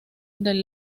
del